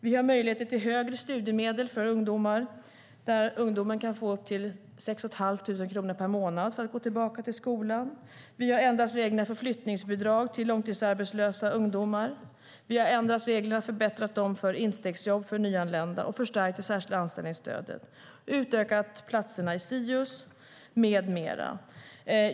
Vi har möjligheter till högre studiemedel för ungdomar, där ungdomar kan få upp till 6 500 kronor per månad för att gå tillbaka till skolan. Vi har ändrat reglerna för flyttbidrag till långtidsarbetslösa ungdomar. Vi har ändrat och förbättrat reglerna för instegsjobb för nyanlända, förstärkt det särskilda anställningsstödet och utökat platserna i SIUS med mera.